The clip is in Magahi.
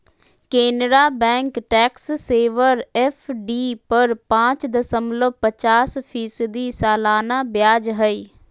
Canara bank tax saver FD पर पाच दशमलब पचास फीसदी सालाना ब्याज हइ